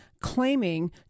claiming